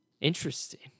interesting